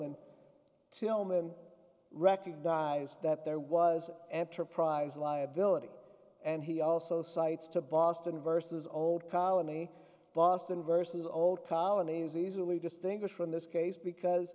tilman recognize that there was enterprise liability and he also cites to boston versus old colony boston versus old colonies easily distinguished from this case because